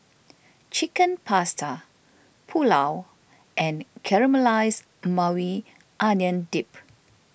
Chicken Pasta Pulao and Caramelized Maui Onion Dip